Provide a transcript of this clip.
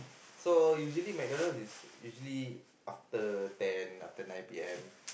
so usually McDonald's is usually after ten after nine P_M